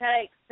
takes